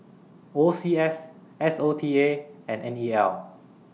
O C S S O T A and N E L